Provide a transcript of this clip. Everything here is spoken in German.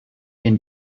den